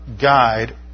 guide